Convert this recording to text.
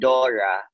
Dora